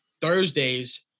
thursdays